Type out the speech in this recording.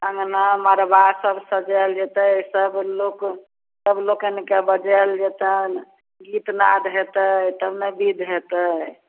तब मरबा सब सजायल जेतै सब लोक सब लोकनिके बजायल जेतैनि गीतनाद हेतै तब ने विध हेतै